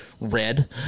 red